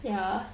ya